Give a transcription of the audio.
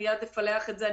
מיד נפלח את זה,